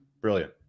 Brilliant